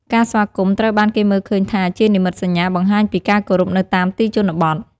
ការស្វាគមន៍ ត្រូវបានគេមើលឃើញថាជានិមិត្តសញ្ញាបង្ហាញពីការគោរពនៅតាមទីជនបទ។